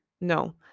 no